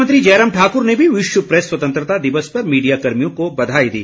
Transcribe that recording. मुख्यमंत्री जयराम ठाकुर ने भी विश्व प्रेस स्वतंत्रता दिवस पर मीडिया कर्मियों को बधाई दी